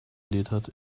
glittered